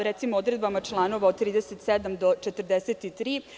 Recimo, odredbama članova od 37. do 43.